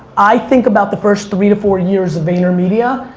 i think about the first three to four years of vaynermedia,